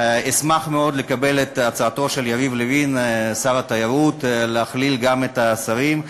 אשמח מאוד לקבל את הצעתו של יריב לוין שר התיירות להכליל גם את השרים,